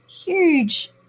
huge